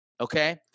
okay